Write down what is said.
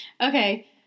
Okay